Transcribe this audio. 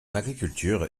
agriculture